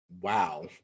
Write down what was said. Wow